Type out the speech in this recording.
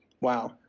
Wow